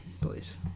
please